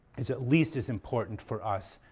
is at least as important for us,